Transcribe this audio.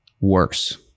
worse